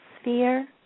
sphere